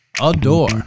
adore